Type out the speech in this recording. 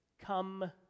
Come